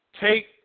take